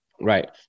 right